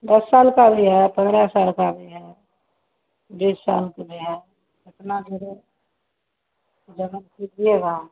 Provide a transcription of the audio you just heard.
दस साल का भी है पन्द्रह साल का भी है बीस साल का भी है जितना धीरे जमा कीजिएगा